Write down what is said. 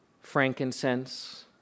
frankincense